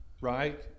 right